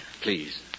Please